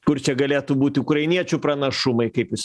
kur čia galėtų būti ukrainiečių pranašumai kaip jūs